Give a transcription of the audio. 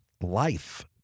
life